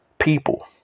People